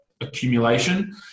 accumulation